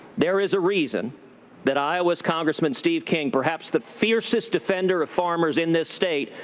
there is a reason that iowa's congressman steve king, perhaps the fiercest defender of farmers in this state,